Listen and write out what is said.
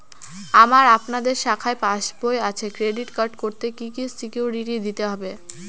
আমার আপনাদের শাখায় পাসবই আছে ক্রেডিট কার্ড করতে কি কি সিকিউরিটি দিতে হবে?